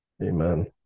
Amen